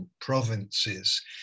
provinces